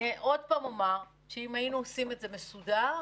אם היינו עושים את זה מסודר,